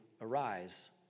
arise